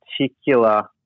particular